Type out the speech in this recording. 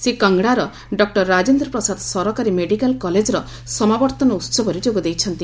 ସେ କଙ୍ଗଡ଼ାର ଡକ୍ଟର ରାଜେନ୍ଦ୍ର ପ୍ରସାଦ ସରକାରୀ ମେଡିକାଲ କଲେଜର ସମାବର୍ତ୍ତନ ଉହବରେ ଯୋଗ ଦେଇଛନ୍ତି